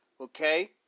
okay